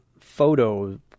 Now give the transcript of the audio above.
photo